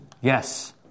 Yes